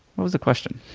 what was the question?